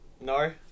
No